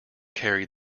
carry